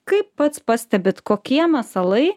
kaip pats pastebit kokie masalai